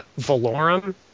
Valorum